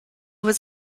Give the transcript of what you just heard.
was